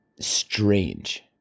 strange